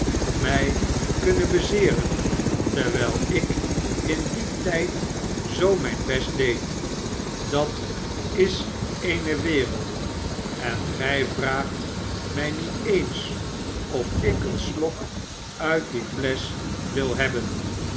mij kunnen bezeeren terwijl ik in dien tijd zoo muii best deed dat is eene wereld en gij vraagt mij met eens of ik een slok uit die flesch wil hebben